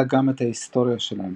אלא גם את ההיסטוריה שלהם,